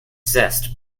zest